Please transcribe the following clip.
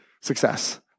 success